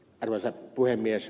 arvoisa puhemies